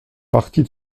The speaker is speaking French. partie